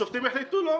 השופטים החליטו שלא.